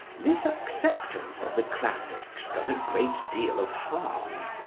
this acceptance of the classics does a great deal of harm.